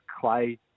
clay